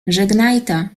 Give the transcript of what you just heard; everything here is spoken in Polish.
żegnajta